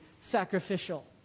sacrificial